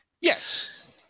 Yes